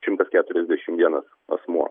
šimtas keturiasdešimt vienas asmuo